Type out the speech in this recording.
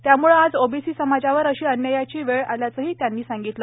त्यामुळे आज ओबीसी समाजावर अशी अन्यायाची वेळ आल्याचेही त्यांनी सांगितले